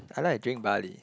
I like to drink barley